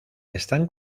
están